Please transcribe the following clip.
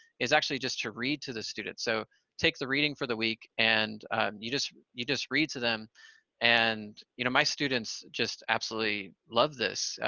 is actually just to read to the students. so take the reading for the week, and you just you just read to them and you know my students just absolutely love this.